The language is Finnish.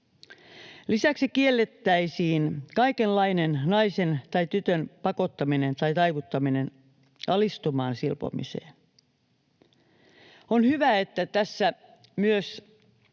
Lisäksi kiellettäisiin kaikenlainen naisen tai tytön pakottaminen tai taivuttaminen alistumaan silpomiseen. On hyvä, että tässä myös